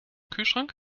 kühlschrank